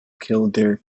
kildare